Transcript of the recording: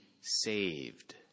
saved